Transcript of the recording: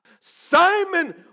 Simon